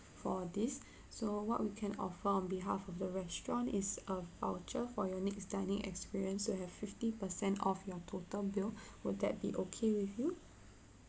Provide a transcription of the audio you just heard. for this so what we can offer on behalf of the restaurant is a voucher for your next dining experience to have fifty percent off your total bill will that be okay with you